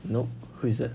nope who is that